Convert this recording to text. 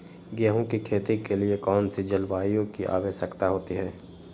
गेंहू की खेती के लिए कौन सी जलवायु की आवश्यकता होती है?